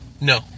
No